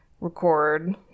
record